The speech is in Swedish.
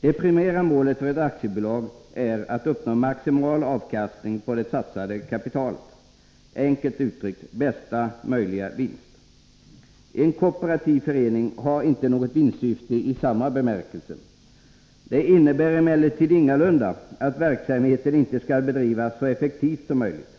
Det primära målet för ett aktiebolag är att uppnå maximal avkastning på det satsade kapitalet. Enkelt uttryckt mesta möjliga vinst. En kooperativ förening har inte något vinstsyfte i samma bemärkelse. Det innebär emellertid ingalunda att verksamheten inte skall bedrivas så effektivt som möjligt.